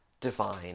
divine